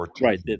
right